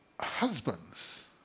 husbands